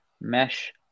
mesh